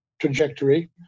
trajectory